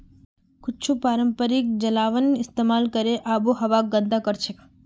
कुछू पारंपरिक जलावन इस्तेमाल करले आबोहवाक गंदा करछेक